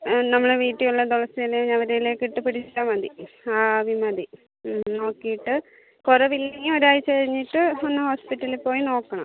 ആ നമ്മളെ വീട്ടിൽ ഉള്ള തുളസി ഇലയും ഞവര ഇല ഒക്കെ ഇട്ട് പിടിച്ചാൽ മതി ആ ആവി മതി നോക്കീട്ട് കുറവ് ഇല്ലെങ്കിൽ ഒരാഴ്ച കഴിഞ്ഞിട്ട് ഒന്ന് ഹോസ്പിറ്റലിൽ പോയി നോക്കണം